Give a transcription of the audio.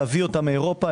להביא אותם מאירופה.